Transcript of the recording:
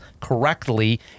correctly